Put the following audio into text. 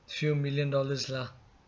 few million dollars lah